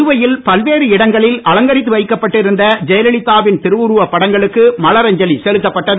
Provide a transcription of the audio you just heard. புதுவையில் பல்வேறு இடங்களில் அலங்கரித்து வைக்கப்பட்டிருந்த ஜெயலலிதாவின் திருவுருவப் படங்களுக்கு மலரஞ்சலி செலுத்தப்பட்டது